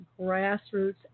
grassroots